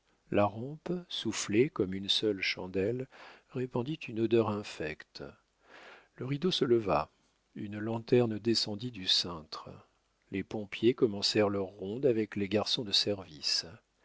la rampe soufflée comme une seule chandelle répandit une odeur infecte le rideau se leva une lanterne descendit du cintre les pompiers commencèrent leur ronde avec les garçons de service